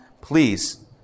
please